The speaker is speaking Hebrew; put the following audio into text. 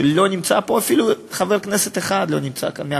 ולא נמצא פה אפילו חבר כנסת אחד מהקואליציה.